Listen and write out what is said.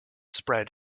spread